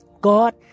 God